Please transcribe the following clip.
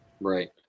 Right